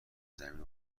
زمین